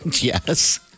Yes